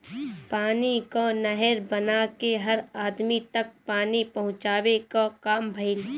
पानी कअ नहर बना के हर अदमी तक पानी पहुंचावे कअ काम भइल